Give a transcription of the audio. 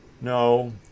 No